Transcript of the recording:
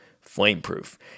flame-proof